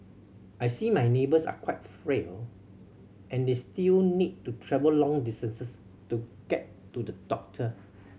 I see my neighbours are quite frail and they still need to travel long distances to get to the doctor